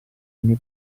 uni